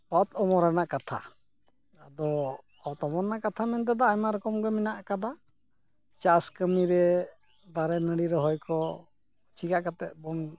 ᱚᱛ ᱚᱢᱚᱱ ᱨᱮᱱᱟᱜ ᱠᱟᱛᱷᱟ ᱟᱫᱚ ᱚᱛ ᱚᱢᱚᱱ ᱨᱮᱱᱟᱜ ᱠᱟᱛᱷᱟ ᱢᱮᱱᱛᱮ ᱫᱚ ᱟᱭᱢᱟ ᱨᱚᱠᱚᱢ ᱜᱮ ᱢᱮᱱᱟᱜ ᱠᱟᱫᱟ ᱪᱟᱥ ᱠᱟᱹᱢᱤᱨᱮ ᱫᱟᱨᱮ ᱱᱟᱲᱤ ᱨᱚᱦᱚᱭ ᱠᱚ ᱪᱤᱠᱟᱹ ᱠᱟᱛᱮᱫ ᱵᱚᱱ